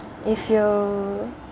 if you